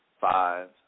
five